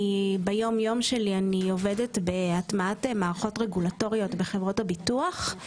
ביום-יום שלי אני עובדת בהטמעת מערכות רגולטוריות בחברות הביטוח.